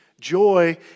joy